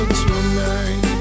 tonight